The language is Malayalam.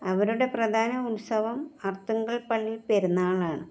അവരുടെ പ്രധാന ഉത്സവം ആർത്തുങ്കൽപ്പള്ളി പെരുന്നാളാണ്